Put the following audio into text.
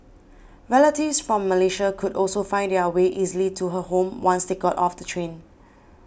relatives from Malaysia could also find their way easily to her home once they got off the train